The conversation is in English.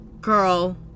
Girl